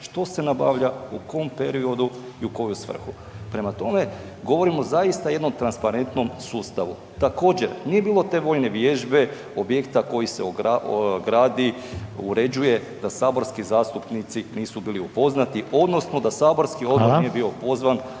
što se nabavlja, u kom periodu i u koju svrhu. Prema tome, govorim o zaista jednom transparentnom sustavu. Također, nije bilo te vojne vježbe, objekta koji se gradi, uređuje, da saborski zastupnici nisu bili upoznati, odnosno da saborski odbor nije .../Upadica: